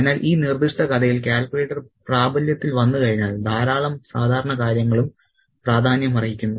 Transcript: അതിനാൽ ഈ നിർദ്ദിഷ്ട കഥയിൽ കാൽക്കുലേറ്റർ പ്രാബല്യത്തിൽ വന്നുകഴിഞ്ഞാൽ ധാരാളം സാധാരണ കാര്യങ്ങളും പ്രാധാന്യമർഹിക്കുന്നു